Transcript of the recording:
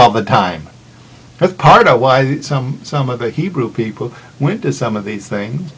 all the time but part of why some some of the hebrew people went to some of these thing